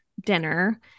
dinner